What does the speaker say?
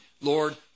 Lord